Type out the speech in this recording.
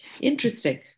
Interesting